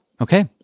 Okay